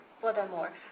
Furthermore